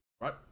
right